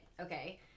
okay